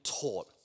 taught